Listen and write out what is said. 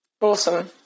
Awesome